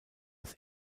das